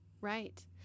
Right